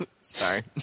Sorry